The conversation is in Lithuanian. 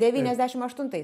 devyniasdešim aštuntais